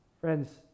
Friends